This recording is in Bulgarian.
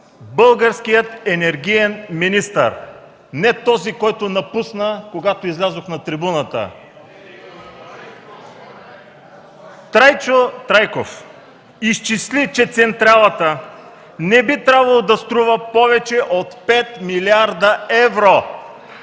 Българският енергиен министър – не този, който напусна, когато излязох на трибуната (шум и реплики), Трайчо Трайков изчисли, че централата не би трябвало да струва повече от 5 млрд. евро.”